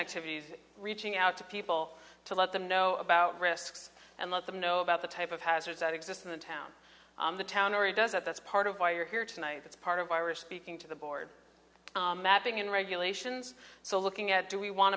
activities reaching out to people to let them know about risks and let them know about the type of hazards that exist in the town the town already does that that's part of why you're here tonight that's part of irish speaking to the board mapping in regulations so looking at do we want